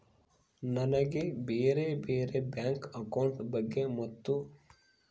ನನಗೆ ಬ್ಯಾರೆ ಬ್ಯಾರೆ ಬ್ಯಾಂಕ್ ಅಕೌಂಟ್ ಬಗ್ಗೆ ಮತ್ತು?